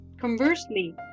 Conversely